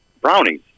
brownies